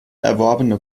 erworbene